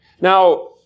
Now